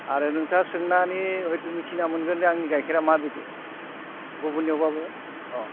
आरो नोंथाङा सोंनानै हयथ' मिथिना मोनगोन जे आंनि गाइखेरा माबायदि गुबुनियावब्लाबो अ